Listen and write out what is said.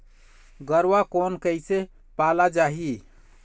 गरवा कोन कइसे पाला जाही?